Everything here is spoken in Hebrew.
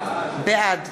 בעד